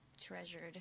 treasured